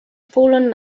fallen